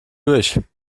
durch